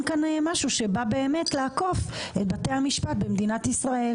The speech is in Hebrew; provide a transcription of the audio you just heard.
כאן משהו שבא באמת לעקוף את בתי המשפט במדינת ישראל.